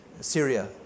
Syria